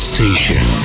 Station